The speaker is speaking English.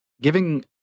giving